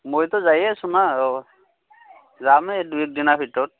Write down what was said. মইতো যায়ে আছোঁ না অঁ যামে দুই একদিনাৰ ভিতৰত